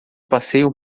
passeiam